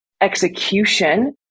execution